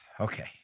Okay